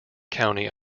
county